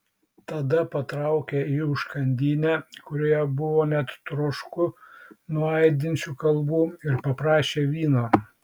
tada patraukė į užkandinę kurioje buvo net trošku nuo aidinčių kalbų ir paprašė vyno